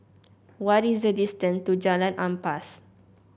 what is the distance to Jalan Ampas